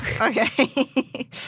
okay